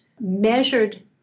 measured